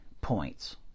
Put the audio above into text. points